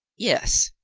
yes,